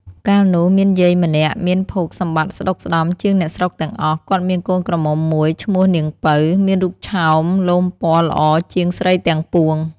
កាលនោះ មានយាយម្នាក់មានភោគសម្បត្តិស្តុកស្តម្ភជាងអ្នកស្រុកទាំងអស់ គាត់មានកូនក្រមុំមួយឈ្មោះនាងពៅ មានរូបឆោមលោមពណ៌‌ល្អជាងស្រីទាំងពួង។